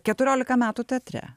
keturiolika metų teatre